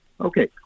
Okay